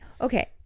Okay